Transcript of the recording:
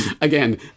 Again